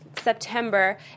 September